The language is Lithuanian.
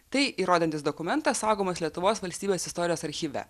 tai įrodantis dokumentas saugomas lietuvos valstybės istorijos archyve